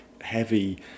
heavy